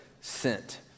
sent